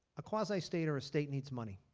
a quasi-state or a state needs money.